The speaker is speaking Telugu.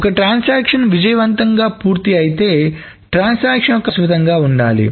ఒక ట్రాన్సాక్షన్ విజయవంతంగా పూర్తి అయితేట్రాన్సాక్షన్ యొక్క ప్రభావాలు మన్నికైనవి లేదా శాశ్వతంగా ఉండాలి